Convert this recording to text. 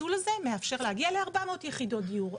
הפיצול הזה מאפשר להגיע ל-400 יחידות דיור.